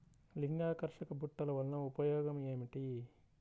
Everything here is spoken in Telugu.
లింగాకర్షక బుట్టలు వలన ఉపయోగం ఏమిటి?